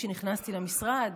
כשנכנסתי למשרד,